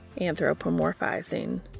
Anthropomorphizing